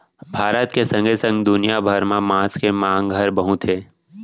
भारत के संगे संग दुनिया भर म मांस के मांग हर बहुत हे